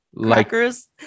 crackers